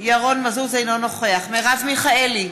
אינו נוכח מרב מיכאלי,